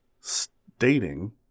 Stating